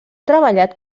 treballat